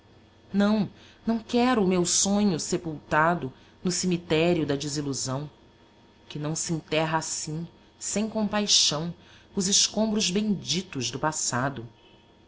não não quero o meu sonho sepultado no cemitério da desilusão que não se enterra assim sem compaixão os escombros benditos do passado